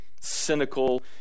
cynical